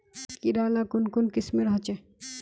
कीड़ा ला कुन कुन किस्मेर होचए?